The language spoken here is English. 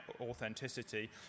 authenticity